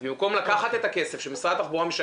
אז במקום לקחת את הכסף שמשרד התחבורה משלם